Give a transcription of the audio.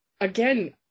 again